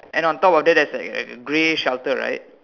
and on top of that there's like a grey shelter right